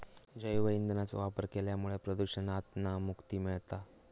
जैव ईंधनाचो वापर केल्यामुळा प्रदुषणातना मुक्ती मिळता